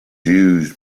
used